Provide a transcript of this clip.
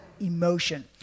emotion